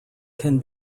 can